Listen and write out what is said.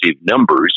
numbers